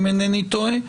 אם אינני טועה,